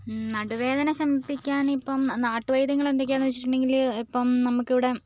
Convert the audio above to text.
നടുവേദന ശമിപ്പിക്കാൻ ഇപ്പം നാട്ടുവൈദ്യങ്ങൾ എന്തൊക്കെയാണെന്ന് വെച്ചിട്ടുണ്ടെങ്കിൽ ഇപ്പം നമുക്കിവിടെ